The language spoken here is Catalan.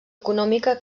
econòmica